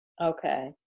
Okay